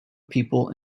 people